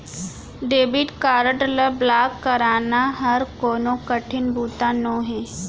debit card ल block कराना हर कोनो कठिन बूता नोहे